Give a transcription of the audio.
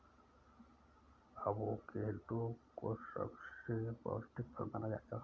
avocado को सबसे पौष्टिक फल माना जाता है